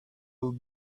will